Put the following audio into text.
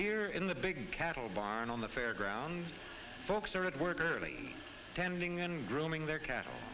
here in the big cattle barn on the fair grounds folks are at work early tending and grooming their cattle